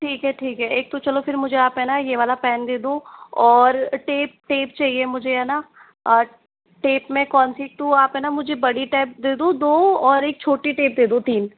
ठीक है ठीक है एक तो चलो फिर आप मुझे है ना ये वाला पेन दे दो और टेप टेप चाहिए मुझे है ना टेप में कौनसी तो आप है ना मुझे बड़ी टेप दे दो दो और एक छोटी टेप दे दो तीन